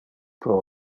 pro